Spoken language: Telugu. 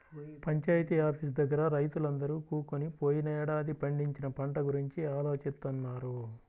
పంచాయితీ ఆఫీసు దగ్గర రైతులందరూ కూకొని పోయినేడాది పండించిన పంట గురించి ఆలోచిత్తన్నారు